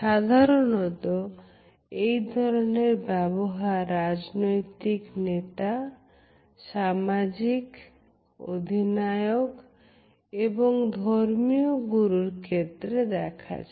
সাধারণত এ ধরনের ব্যবহার রাজনৈতিক নেতা সামাজিক অধিনায়ক এবং ধর্মীয় গুরু দের ক্ষেত্রে দেখা যায়